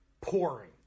pouring